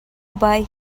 buy